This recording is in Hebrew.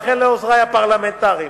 וכן לעוזרי הפרלמנטריים,